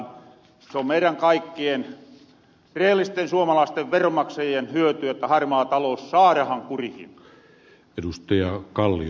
se on meirän kaikkien rehellisten suomalaisten veronmaksajien hyöty että harmaa talous saarahan kurihin